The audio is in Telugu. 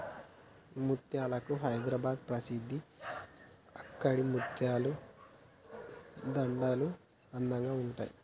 ముత్యాలకు హైదరాబాద్ ప్రసిద్ధి అక్కడి ముత్యాల దండలు అందంగా ఉంటాయి